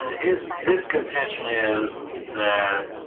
his, his contention is that